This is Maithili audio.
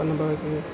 बनबैके